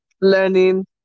learning